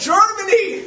Germany